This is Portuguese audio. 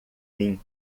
mim